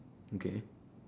okay